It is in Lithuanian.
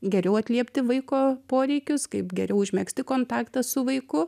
geriau atliepti vaiko poreikius kaip geriau užmegzti kontaktą su vaiku